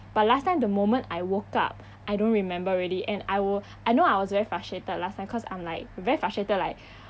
but last time the moment I woke up I don't remember already and I will I know I was very frustrated last time cause I'm like very frustrated like